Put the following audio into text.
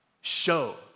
show